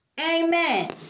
Amen